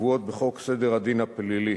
הקבועות בחוק סדר הדין הפלילי